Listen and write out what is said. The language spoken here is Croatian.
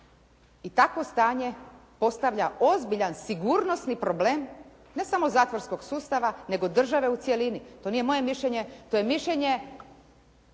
I takvo stanje postavlja ozbiljan sigurnosni problem, ne samo zatvorskog sustava, nego države u cjelini. To nije moje mišljenje, to je mišljenje